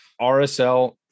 RSL